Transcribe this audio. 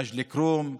מג'ד אל-כרום,